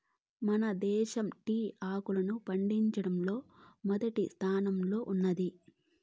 మన దేశం టీ ఆకును పండించడంలో మొదటి స్థానంలో ఉన్నాది